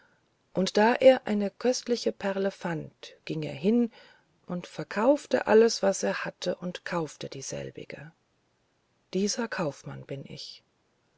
und da er eine köstliche perle fand ging er hin und verkaufte alles was er hatte und kaufte dieselbige dieser kaufmann bin ich